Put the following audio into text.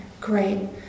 great